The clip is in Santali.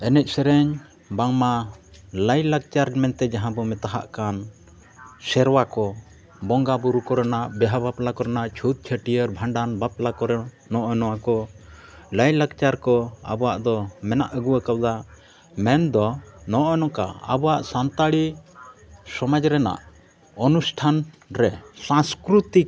ᱮᱱᱮᱡ ᱥᱮᱨᱮᱧ ᱵᱟᱝᱢᱟ ᱞᱟᱭ ᱞᱟᱠᱪᱟᱨ ᱢᱮᱱᱛᱮᱫ ᱡᱟᱦᱟᱸ ᱵᱚ ᱢᱮᱛᱟᱜ ᱠᱟᱱ ᱥᱮᱨᱣᱟ ᱠᱚ ᱵᱚᱸᱜᱟ ᱵᱳᱨᱳ ᱠᱚᱨᱮᱱᱟᱜ ᱵᱤᱦᱟ ᱵᱟᱯᱞᱟ ᱠᱚᱨᱮᱱᱟᱜ ᱪᱷᱩᱸᱛ ᱪᱷᱟᱹᱴᱭᱟᱹᱨ ᱵᱷᱟᱸᱰᱟᱱ ᱵᱟᱯᱞᱟ ᱠᱚᱨᱮᱜ ᱱᱚᱜᱼᱚᱸᱭ ᱱᱚᱣᱟ ᱠᱚ ᱞᱟᱭ ᱞᱟᱠᱪᱟᱨ ᱠᱚ ᱟᱵᱚᱣᱟᱜ ᱫᱚ ᱢᱮᱱᱟᱜ ᱟᱹᱜᱩ ᱠᱟᱣᱫᱟ ᱢᱮᱱᱫᱚ ᱱᱚᱜᱼᱚᱸᱭ ᱱᱚᱝᱠᱟ ᱟᱵᱚᱣᱟᱜ ᱥᱟᱱᱛᱟᱲᱤ ᱥᱚᱢᱟᱡᱽ ᱨᱮᱱᱟᱜ ᱚᱱᱩᱥᱴᱷᱟᱱ ᱨᱮ ᱥᱟᱝᱥᱠᱨᱤᱛᱤᱠ